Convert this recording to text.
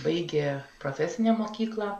baigė profesinę mokyklą